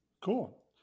cool